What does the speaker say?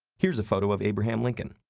here's a photo of abraham lincoln,